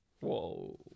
whoa